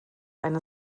eine